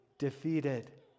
defeated